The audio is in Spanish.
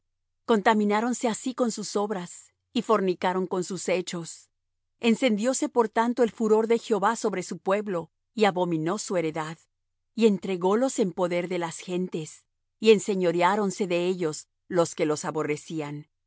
sangre contamináronse así con sus obras y fornicaron con sus hechos encendióse por tanto el furor de jehová sobre su pueblo y abominó su heredad y entrególos en poder de las gentes y enseñoreáronse de ellos los que los aborrecían